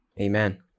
Amen